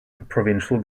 provincial